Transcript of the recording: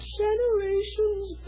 generations